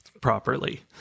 properly